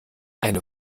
eine